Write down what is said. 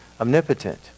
omnipotent